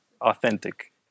authentic